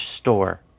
store